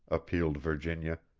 appealed virginia,